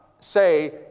say